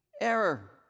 error